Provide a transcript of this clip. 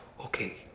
okay